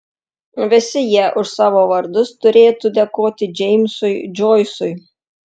visi jie už savo vardus turėtų dėkoti džeimsui džoisui